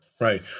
Right